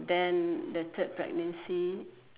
then the third pregnancy